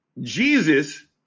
Jesus